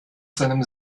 seinem